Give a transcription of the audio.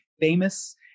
famous